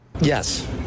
Yes